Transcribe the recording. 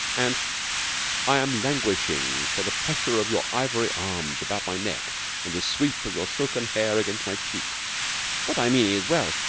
and i am languishing for the pressure of your ivory arms about my neck and the sweep of your silken hair against my cheek what i mean is well,